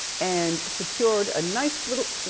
and secured a nice little,